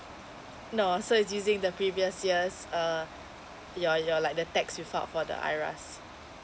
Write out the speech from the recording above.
no so it's using the previous years uh your your like the tax you thought for the IRAS